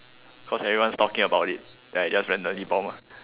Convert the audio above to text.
cause everyone's talking about it then I just randomly bomb ah